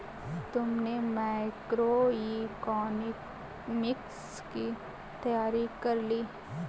तुमने मैक्रोइकॉनॉमिक्स की तैयारी कर ली?